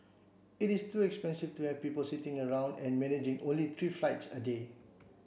it is too expensive to have people sitting around and managing only three flights a day